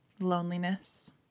loneliness